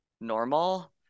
normal